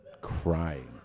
crying